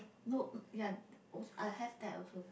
no um ya also I have that also